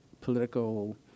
political